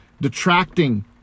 detracting